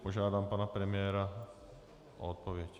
Požádám pana premiéra o odpověď.